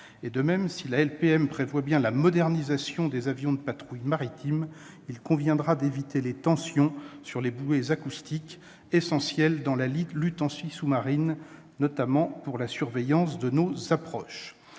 De même, si la LPM prévoit bien la modernisation des avions de patrouille maritime, il conviendra d'éviter les tensions sur les bouées acoustiques, essentielles dans la lutte anti-sous-marine, notamment pour la surveillance de nos approches.